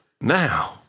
Now